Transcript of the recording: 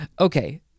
okay